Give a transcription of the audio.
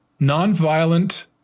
nonviolent